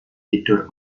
tidur